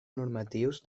normatius